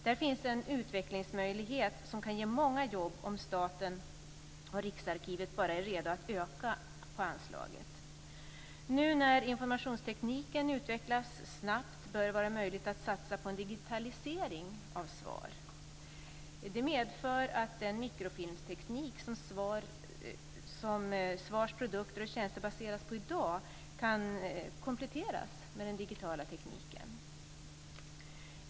Där finns en utvecklingsmöjlighet och möjlighet till många jobb om staten och Riksarkivet bara är redo att öka anslaget. Nu när informationstekniken utvecklas snabbt bör det vara möjligt att satsa på en digitalisering av SVAR. Det medför att den mikrofilmsteknik som SVAR:s produkter och tjänster baseras på i dag kan kompletteras med den digitala tekniken.